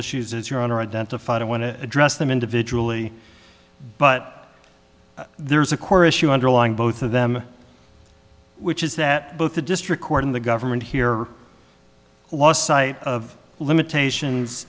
issues is your honor identified i want to address them individually but there's a core issue underlying both of them which is that both the district court and the government here are lost sight of limitations